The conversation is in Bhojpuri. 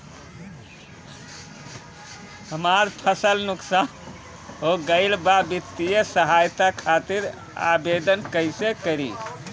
हमार फसल नुकसान हो गईल बा वित्तिय सहायता खातिर आवेदन कइसे करी?